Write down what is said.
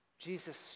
Jesus